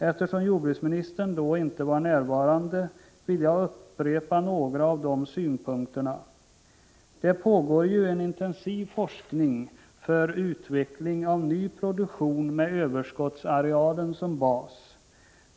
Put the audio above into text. Eftersom jordbruksministern då inte var närvarande vill jag upprepa några av synpunkterna. Det pågår ju en intensiv forskning för att utveckla ny produktion med överskottsarealen som bas.